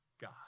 God